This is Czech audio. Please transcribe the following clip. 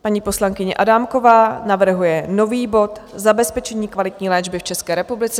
Paní poslankyně Adámková navrhuje nový bod Zabezpečení kvalitní léčby v České republice.